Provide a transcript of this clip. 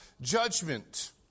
judgment